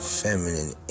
feminine